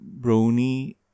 Brony